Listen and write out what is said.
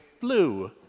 blue